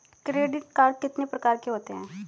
Credit card कितने प्रकार के होते हैं?